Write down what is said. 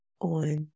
on